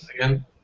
again